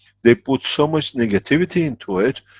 they put so much negativity into it,